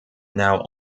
now